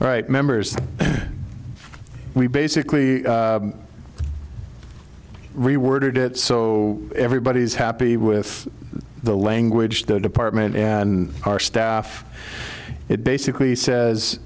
right members we basically reword it so everybody is happy with the language the department and our staff it basically says